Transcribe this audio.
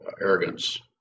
arrogance